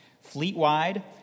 Fleet-wide